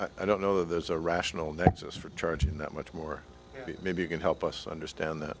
i don't know there's a rational nexus for charging that much more maybe you can help us understand that